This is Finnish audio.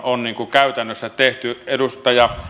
käytännössä tehty edustaja